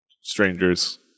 strangers